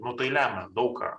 nu tai lemia daug ką